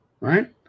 right